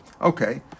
Okay